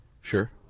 Sure